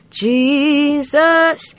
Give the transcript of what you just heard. jesus